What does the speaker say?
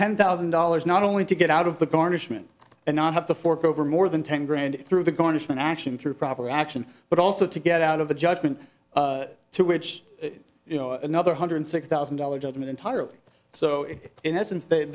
ten thousand dollars not only to get out of the garnishment and not have to fork over more than ten grand through the garnishment action through proper action but also to get out of the judgment to which you know another hundred six thousand dollar judgment entirely so in essence they